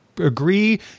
agree